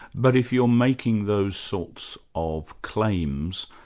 but if you're making those sorts of claims,